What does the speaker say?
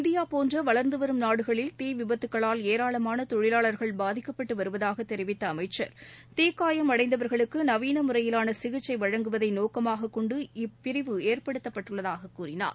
India போன்ற வளர்ந்து வரும் நாடுகளில் தீ விபத்துக்களால் ஏராளமாள தொழிலாளர்கள் பாதிக்கப்பட்டு வருவதாக தெரிவித்த அமைச்சர் தீக்காயம் அடைந்தவர்களுக்கு நவீன முறையிலான சிகிச்சை வழங்குவதை நோக்கமாகக் கொண்டு இப்பிரிவு ஏற்படுத்தப்பட்டுள்ளதாகக் கூறினார்